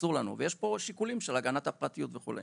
אסור לנו ויש פה שיקולים של הגנת הפרטיות וכו',